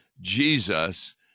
Jesus